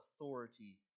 authority